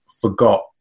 forgot